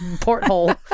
porthole